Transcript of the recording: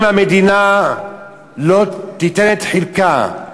אם המדינה לא תיתן את חלקה,